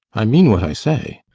i mean what i say.